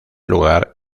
lugar